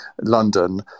London